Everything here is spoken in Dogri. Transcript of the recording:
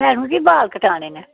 मैडम जी बाल कटाने न